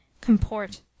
COMPORT